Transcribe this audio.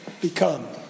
become